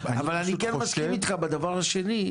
אני פשוט חושב --- אבל אני כן מסכים איתך בדבר השני,